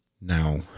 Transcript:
Now